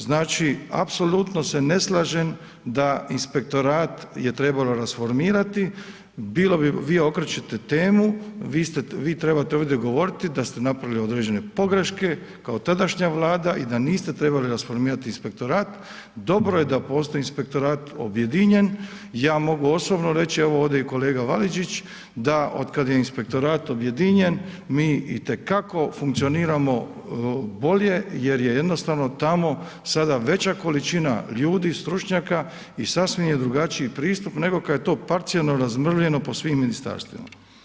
Znači, apsolutno se ne slažem da inspektorat je trebalo rasformirati, bilo bi, vi okrećete temu, vi trebate ovdje govoriti da ste napravili određene pogreške kao tadašnja Vlada i da niste trebali rasformirati inspektorat, dobro je da postoji inspektorat objedinjen, ja mogu osobno reći, evo ovdje i kolega Validžić, da otkad je inspektorat objedinjen, mi itekako funkcioniramo bolje jer je jednostavno tamo sada veća količina ljudi, stručnjaka i sasvim je drugačiji pristup, nego kad je to parcijalno razmrvljeno po svim ministarstvima.